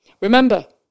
Remember